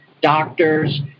doctors